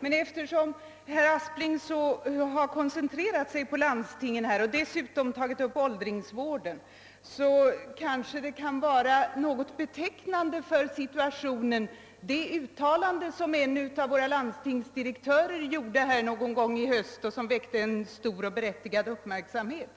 Men eftersom herr Aspling koncentrerade sig på landstingen och även tog upp frågan om åldringsvården kanske det uttalande, som en av våra landstingsdirektörer gjorde i höstas och som väckte stor och berättigad uppmärksamhet,